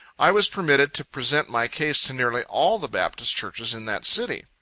i was permitted to present my case to nearly all the baptist churches in that city.